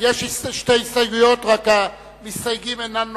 יש שתי הסתייגויות, רק שהמסתייגים אינם נוכחים.